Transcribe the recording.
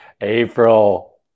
April